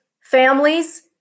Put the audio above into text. families